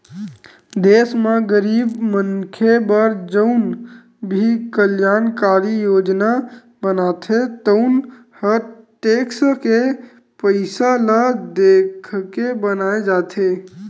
देस म गरीब मनखे बर जउन भी कल्यानकारी योजना बनथे तउन ह टेक्स के पइसा ल देखके बनाए जाथे